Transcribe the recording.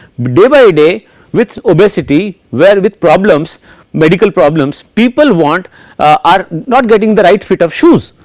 day by day with obesity where with problems medical problems people want are not getting the right fit of shoes,